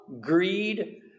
greed